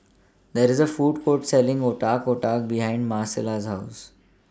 There IS A Food Court Selling Otak Otak behind Marcella's House